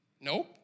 Nope